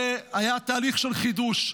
זה היה תהליך של חידוש.